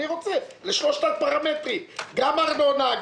אני רוצה שתתייחס לשלושת הפרמטרים: גם ארנונה,